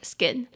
Skin